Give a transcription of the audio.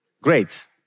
Great